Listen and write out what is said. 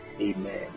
Amen